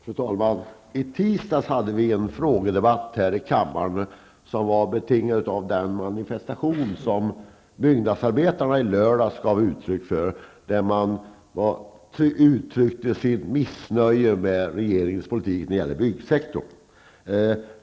Fru talman! I tisdags hade vi en frågedebatt här i kammaren som var betingad av byggnadsarbetarnas manifestation i lördags, där de uttryckte sitt missnöje med regeringspolitiken på byggsektorn.